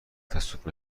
تصادف